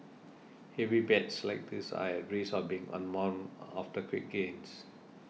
heavy bets like this are at risk of being unwound after quick gains